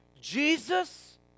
Jesus